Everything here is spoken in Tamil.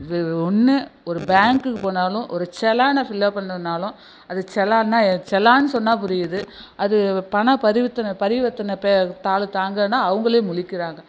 ஒன்று ஒரு பேங்க்குக்கு போனாலும் ஒரு சலானை ஃபில் அப் பண்ணுன்னாலும் அது சலானை சலான் சொன்னால் புரியுது அது பணப்பரிவிர்த்தனை பரிவர்த்தனை பே தாள் தாங்கன்னா அவங்களே முழிக்கின்றாங்க